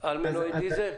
עם מנועי דיזל?